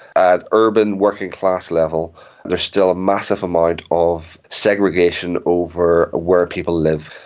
at urban working class level there's still a massive amount of segregation over where people live.